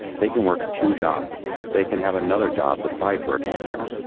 they can work two jobs, they can have another job besides working here.